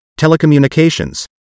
telecommunications